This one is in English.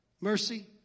mercy